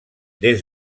des